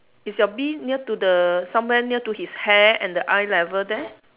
is your bee near to the somewhere near to his hair and the eye level there